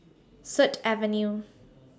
Sut Avenue